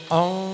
on